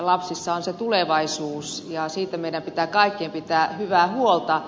lapsissa on se tulevaisuus ja siitä meidän pitää kaikkien pitää hyvää huolta